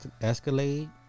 Escalade